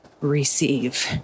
receive